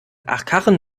achkarren